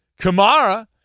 Kamara